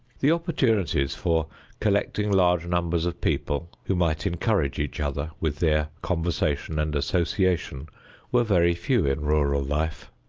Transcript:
the opportunities for collecting large numbers of people who might encourage each other with their conversation and association were very few in rural life.